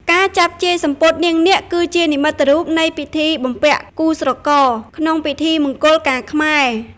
ការចាប់ជាយសំពត់នាងនាគ គឺជានិមិត្តរូបនៃពិធី បំពាក់គូស្រករ ក្នុងពិធីមង្គលការខ្មែរ។